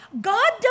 God